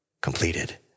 completed